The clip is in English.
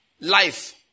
life